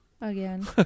again